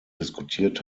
diskutiert